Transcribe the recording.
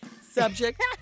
subject